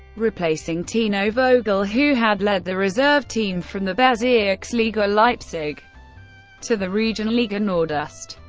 replacing tino vogel, who had led the reserve team from the bezirksliga leipzig to the regionalliga nordost.